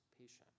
patient